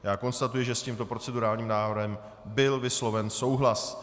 Já konstatuji, že s tímto procedurálním návrhem byl vysloven souhlas.